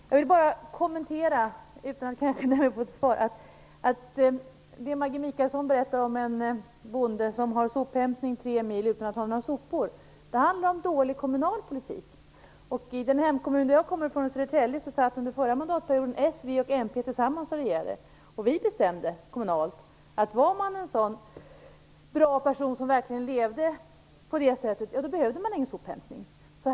Jag vill kommentera, utan att kanske kunna räkna med något svar, det som Maggi Mikaelsson berättar om en bonde som har sophämtning - tre mil - utan att ha några sopor. Det handlar om dålig kommunal politik. I min hemkommun, Södertälje, satt under den förra mandatperioden Socialdemokraterna, Vänsterpartiet och Miljöpartiet och regerade tillsammans. Vi bestämde, på kommunal nivå, att var man en bra person som levde på det sättet, behövde man ingen sophämtning.